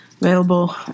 Available